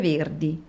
Verdi